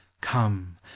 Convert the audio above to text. come